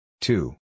Two